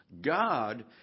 God